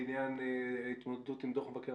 בעניין התמודדות עם דוח מבקר המדינה.